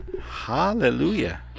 Hallelujah